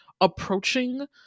approaching